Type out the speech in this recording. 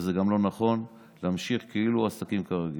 וזה גם לא נכון להמשיך כאילו עסקים כרגיל.